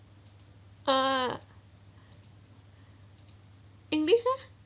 uh english leh